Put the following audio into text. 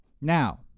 Now